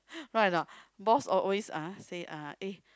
right or not boss al~ uh always say uh eh